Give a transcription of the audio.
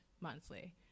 monthly